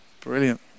Brilliant